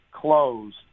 closed